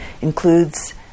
includes